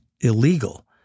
illegal